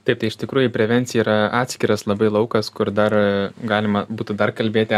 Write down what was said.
taip tai iš tikrųjų prevencija yra atskiras labai laukas kur dar galima būtų dar kalbėti